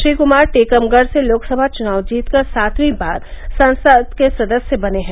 श्री कुमार टीकमगढ़ से लोकसभा चुनाव जीतकर सातवीं बार संसद के सदस्य बने हैं